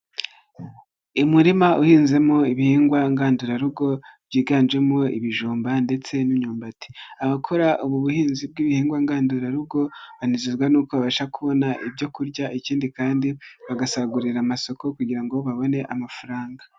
Umurima uhinzemo ibihingwa ngandurarugo byiganjemo ibijumba ndetse n'imyumbati, abakora ubu buhinzi bw'ibihingwa ngandurarugo banezezwa n'uko babasha kubona ibyo kurya ikindi kandi bagasagurira amasoko kugira ngo babone amafaranga.